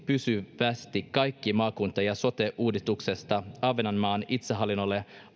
pysyvästi kaikki maakunta ja sote uudistuksesta ahvenanmaan itsehallinnolle